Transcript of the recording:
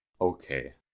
okay